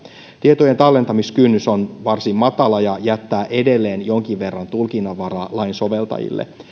tietojen tallentamiskynnys on varsin matala ja jättää edelleen jonkin verran tulkinnan varaa lain soveltajille